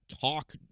talk